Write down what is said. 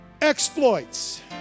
exploits